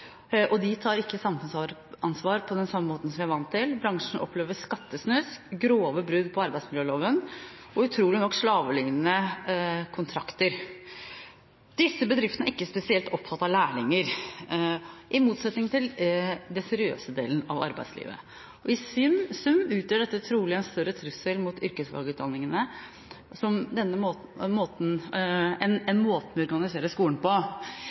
og i offentlige anbud – og de tar ikke samfunnsansvar på samme måte som vi er vant til. Bransjen opplever skattesnusk, grove brudd på arbeidsmiljøloven og – utrolig nok – slavelignende kontrakter. Disse bedriftene er ikke spesielt opptatt av lærlinger – i motsetning til den seriøse delen av arbeidslivet. I sum utgjør dette trolig en større trussel mot yrkesfagutdanningene